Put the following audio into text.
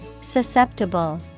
Susceptible